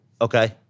Okay